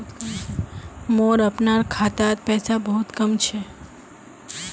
मोर अपनार खातात पैसा बहुत कम छ